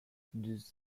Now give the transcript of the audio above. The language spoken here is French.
deux